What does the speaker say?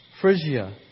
Phrygia